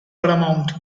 paramount